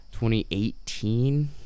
2018